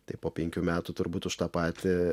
tai po penkių metų turbūt už tą patį